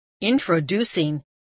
Introducing